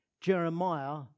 Jeremiah